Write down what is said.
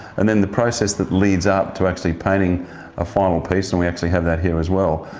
and then the process that leads up to actually painting a final piece, and we actually have that here as well.